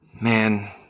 Man